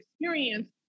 experience